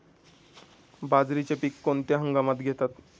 बाजरीचे पीक कोणत्या हंगामात घेतात?